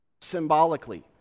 symbolically